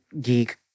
geek